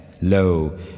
lo